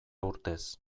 urtez